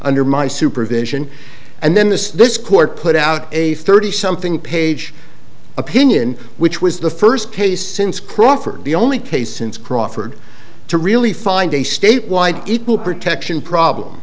under my supervision and then this this court put out a thirty something page opinion which was the first case since crawford the only case since crawford to really find a state wide equal protection problem